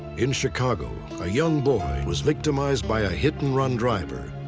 in chicago, a young boy was victimized by a hit and run driver.